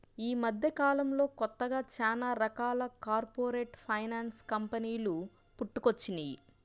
యీ మద్దెకాలంలో కొత్తగా చానా రకాల కార్పొరేట్ ఫైనాన్స్ కంపెనీలు పుట్టుకొచ్చినియ్యి